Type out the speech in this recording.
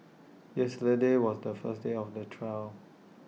yesterday was the first day of the trial